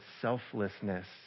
selflessness